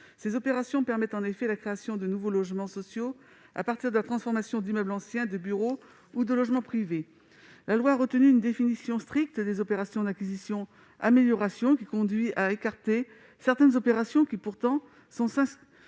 Ces opérations permettent en effet la création de nouveaux logements sociaux à partir de la transformation d'immeubles anciens de bureaux ou de logements privés. La loi a retenu une définition stricte de ces opérations d'acquisition-amélioration, qui conduit à écarter certaines opérations qui, pourtant, correspondent